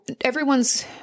everyone's